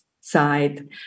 side